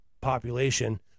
population